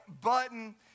button